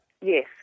Yes